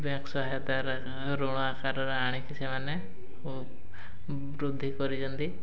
bank ସହାୟତା ଋଣ ଆକାରରେ ଆଣିକି ସେମାନେ ବୃଦ୍ଧି କରିଛନ୍ତି